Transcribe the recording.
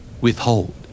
Withhold